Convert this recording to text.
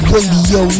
Radio